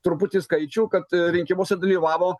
truputį skaičių kad rinkimuose dalyvavo